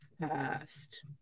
fast